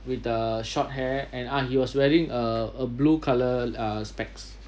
with the short hair and ah he was wearing a a blue colour uh specs